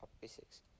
physics